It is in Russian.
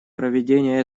проведение